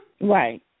right